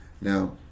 Now